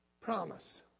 promise